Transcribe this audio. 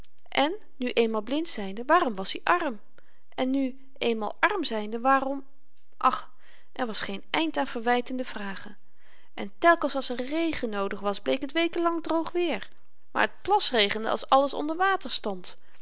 en nu eenmaal blind zynde waarom was-i arm en nu eenmaal arm zynde waarom och er was geen eind aan verwytende vragen en telkens als er regen noodig was bleef t weken lang droog weer maar t plasregende als alles onder water stond